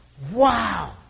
Wow